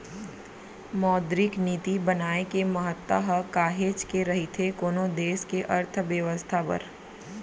मौद्रिक नीति बनाए के महत्ता ह काहेच के रहिथे कोनो देस के अर्थबेवस्था बर